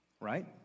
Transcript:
Right